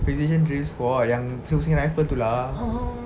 precision drill squad yang pusing pusing rifle tu lah